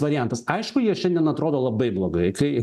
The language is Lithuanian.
variantas aišku jie šiandien atrodo labai blogai kai